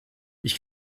ich